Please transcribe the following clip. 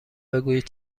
بگویید